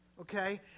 Okay